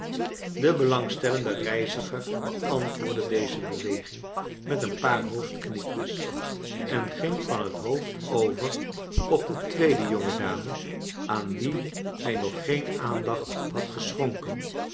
de belangstellende reiziger beantwoordde deze beweging met een paar hoofdknikjes en ging van het hoofd over op de tweede jonge dame aan wie hij nog geen aandacht had geschonken